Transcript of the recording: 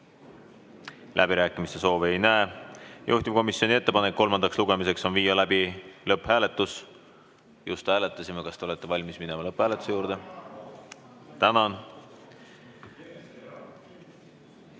Läbirääkimiste soovi ei näe. Juhtivkomisjoni ettepanek kolmandaks lugemiseks on viia läbi lõpphääletus. Just hääletasime, kas te olete valmis minema lõpphääletuse juurde? Tänan! Panen